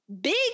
big